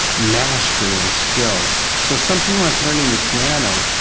mastering and skills. so something like learning the piano,